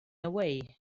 away